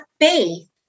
faith